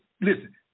listen